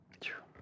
true